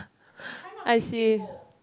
I see